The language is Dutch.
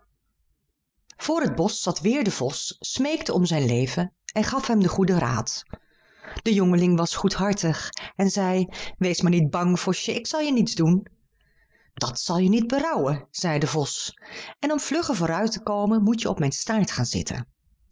voor het bosch zat weêr de vos smeekte om zijn leven en gaf hem den goeden raad de jongeling was goedhartig en zei wees maar niet bang vosje ik zal je niets doen dat zal je niet berouwen zei de vos en om vlugger vooruit te komen moet je op mijn staart gaan zitten